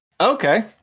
Okay